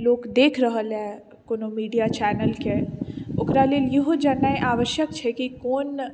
लोक देख रहलए कोनो मीडिया चैनल के ओकरा लेल ईहो जाननाइ आवश्यक छै की कोन